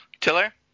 Tiller